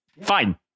Fine